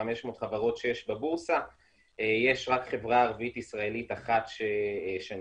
500 חברות שיש בבורסה יש רק חברה ערבית ישראלית אחת שנסחרת.